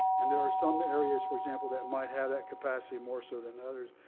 and there are some areas, for example, that might have that capacity more so than others.